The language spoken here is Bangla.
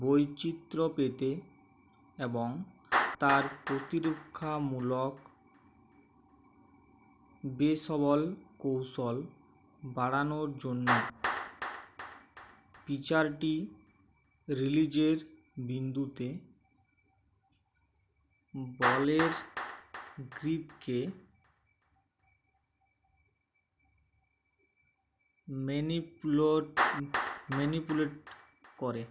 বৈচিত্র্য পেতে এবং তাই প্রতিরক্ষামূলক বেসবল কৌশল বাড়ানোর জন্য পিচারটি রিলিজের বিন্দুতে বলের গ্রিপকে ম্যানিপুলোট ম্যানিপুলেট করে